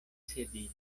sedilo